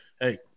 hey